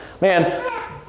Man